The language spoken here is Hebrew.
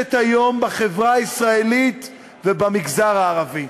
שנדרשת היום בחברה הישראלית ובמגזר הערבי.